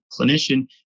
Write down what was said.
clinician